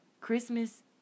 Christmas